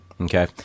Okay